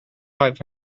five